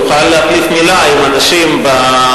הוא יוכל להחליף מלה עם אנשים במינהל